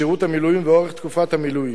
שירות המילואים ואורך תקופת המילואים.